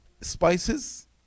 Spices